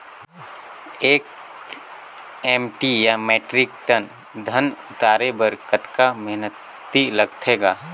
एक एम.टी या metric ton धन उतारे बर कतका मेहनती लगथे ग?